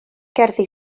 gerddi